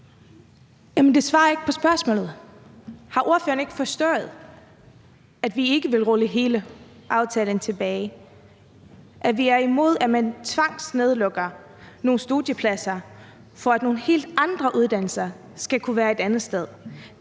det besvarer ikke spørgsmålet. Har ordføreren ikke forstået, at vi ikke vil rulle hele aftalen tilbage, men at vi er imod, at man tvangsnedlukker nogle studiepladser, for at nogle helt andre uddannelser skal kunne være et andet sted?